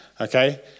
okay